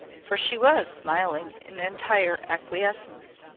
for she was smiling in entire acquiescence.